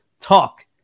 talk